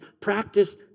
practice